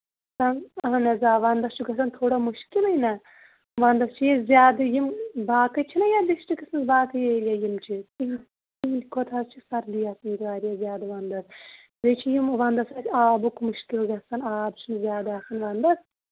اہَن حظ آ وَنٛدَس چھُ گژھان تھوڑا مُشکِلٕے نا وَنٛدَس چھُ یہِ زیادٕ یِم باقٕے چھِناہ یَتھ ڈِسٹرکَس منٛز باقٕے ایریا یِم چھِ یِم تِہٕنٛدِ کھۅتہٕ حظ چھِ سردی آسان واریاہ زیادٕ وَنٛدَس بیٚیہِ چھِ یِم وَنٛدَس آبُک مُشکِل گژھان آب چھُنہٕ زیادٕ آسان وَنٛدس